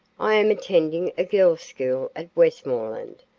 i am attending a girl's school at westmoreland.